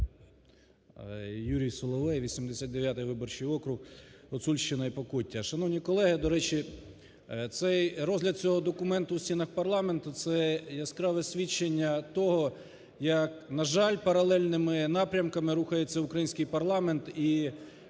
Юрій Соловей 89 виборчий округ Гуцульщина і Покуття. Шановні колеги, до речі, розгляд цього документу в стінах парламенту, це яскраве свідчення того, як, на жаль, паралельними напрямками рухається український парламент і